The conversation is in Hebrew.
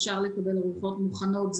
אפשר לקבל ארוחות מוכנות.